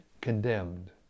condemned